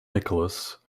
nicholas